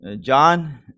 John